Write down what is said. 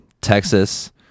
Texas